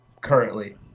currently